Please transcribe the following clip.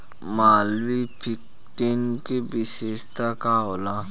Malviya fifteen के विशेषता का होला?